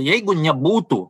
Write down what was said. jeigu nebūtų